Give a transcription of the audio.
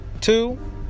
two